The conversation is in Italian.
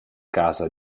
casa